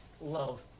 love